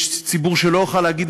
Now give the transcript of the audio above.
יש ציבור שלא יוכל להגיד,